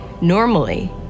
Normally